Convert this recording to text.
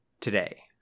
today